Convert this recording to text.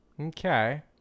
okay